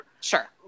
Sure